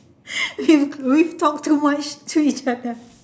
we've we've talked too much to each other